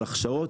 על הכשרות,